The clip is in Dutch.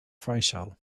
faisal